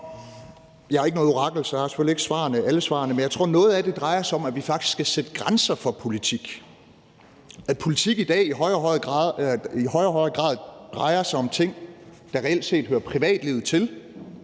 Jeg er ikke noget orakel, så jeg har selvfølgelig ikke alle svarene, men jeg tror, at noget af det drejer sig om, at vi faktisk skal sætte grænser for politik, at politik i dag i højere og højere grad drejer sig om ting, der reelt set hører privatlivet til,